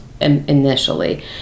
initially